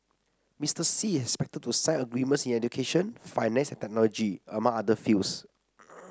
Mister Xi is expected to sign agreements in education finance and technology among other fields